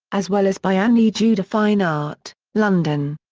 as well as by annely juda fine art, london.